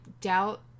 doubt